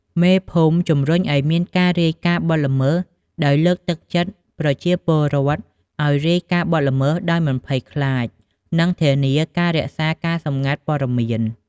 មេភូមិជំរុញឲ្យមានការរាយការណ៍បទល្មើសដោយលើកទឹកចិត្តប្រជាពលរដ្ឋឲ្យរាយការណ៍បទល្មើសដោយមិនភ័យខ្លាច និងធានាការរក្សាការសម្ងាត់ព័ត៌មាន។